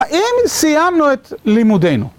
האם סיימנו את לימודינו?